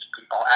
people